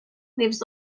leaves